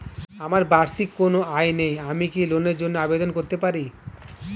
আমার বার্ষিক কোন আয় নেই আমি কি লোনের জন্য আবেদন করতে পারি?